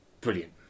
brilliant